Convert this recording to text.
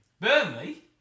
Burnley